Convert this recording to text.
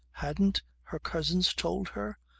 hadn't her cousin told her?